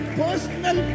personal